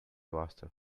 laughter